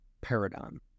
paradigm